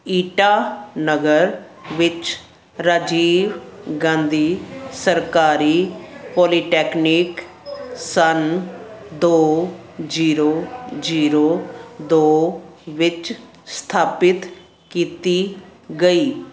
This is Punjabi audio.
ਈਟਾਨਗਰ ਵਿੱਚ ਰਾਜੀਵ ਗਾਂਧੀ ਸਰਕਾਰੀ ਪੌਲੀਟੈਕਨਿਕ ਸੰਨ ਦੋ ਜੀਰੋ ਜੀਰੋ ਦੋ ਵਿੱਚ ਸਥਾਪਿਤ ਕੀਤੀ ਗਈ